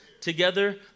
together